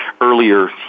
earlier